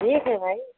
ठीक है भाई